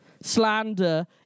Slander